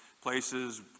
places